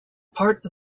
part